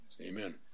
Amen